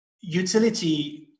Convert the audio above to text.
utility